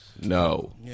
No